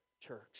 church